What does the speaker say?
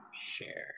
share